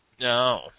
No